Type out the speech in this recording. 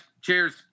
Cheers